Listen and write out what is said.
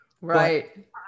right